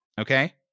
Okay